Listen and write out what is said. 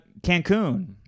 Cancun